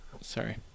Sorry